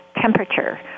temperature